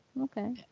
Okay